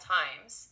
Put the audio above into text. times